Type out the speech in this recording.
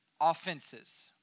Offenses